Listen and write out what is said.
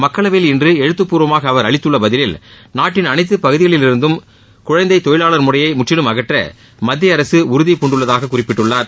மக்களவையில் இன்று எழுத்துப்பூர்வமாக அவர் அளித்துள்ள பதிலில் நாட்டின் அனைத்து பகுதிகளில் இருந்தும் குழந்தை தொழிலாளர் முறையை முற்றிலும் அகற்ற மத்திய அரசு உறுதிபூண்டுள்ளதாக குறிப்பிட்டுள்ளார்